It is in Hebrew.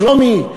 שלומי,